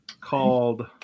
called